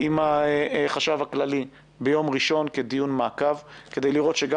עם החשב הכללי ביום ראשון למעקב כדי לראות שגם